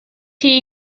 chi